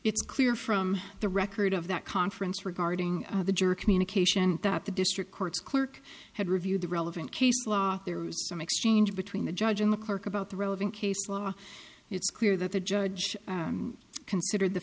it's clear from the record of that conference regarding the juror communication that the district court's clerk had reviewed the relevant case law there was some exchange between the judge and the clerk about the relevant case law it's clear that the judge considered the